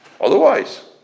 Otherwise